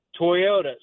Toyotas